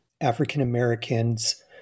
African-Americans